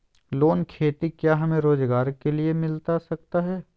Loan खेती क्या हमें रोजगार के लिए मिलता सकता है?